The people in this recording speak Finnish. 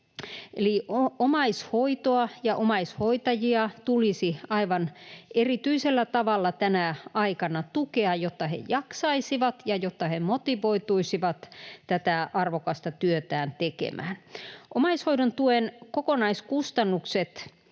omaishoitoa ja omaishoitajia tulisi aivan erityisellä tavalla tänä aikana tukea, jotta he jaksaisivat ja jotta he motivoituisivat tätä arvokasta työtään tekemään. Omaishoidon tuen kokonaiskustannukset